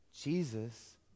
Jesus